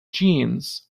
genes